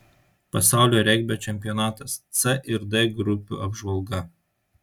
pasaulio regbio čempionatas c ir d grupių apžvalga